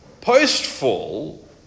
post-fall